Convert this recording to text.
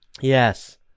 Yes